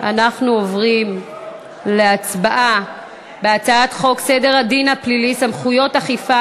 אנחנו עוברים להצבעה על הצעת חוק סדר הדין הפלילי (סמכויות אכיפה,